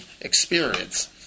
experience